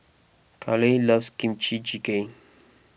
Caleigh loves Kimchi Jjigae